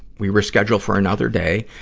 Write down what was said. we reschedule for another day.